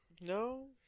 no